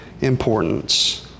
importance